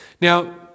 Now